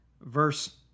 verse